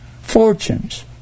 fortunes